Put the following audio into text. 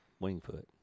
Wingfoot